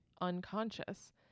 unconscious